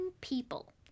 people